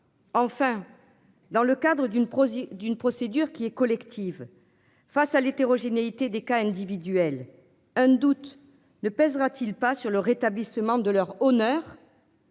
cadre d'une procédure d'une procédure qui est collective. Face à l'hétérogénéité des cas individuels. Un doute ne pèsera-t-il pas sur le rétablissement de leur honneur.